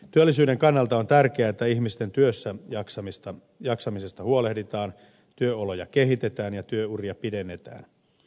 työllisyyden kannalta on tärkeää että ihmisten työssäjaksamisesta huolehditaan työoloja kehitetään ja työuria pidennetään